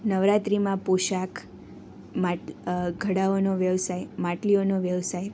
નવરાત્રીમાં પોશાક માટ ઘડાઓનો વ્યવસાય માટલીઓનો વ્યવસાય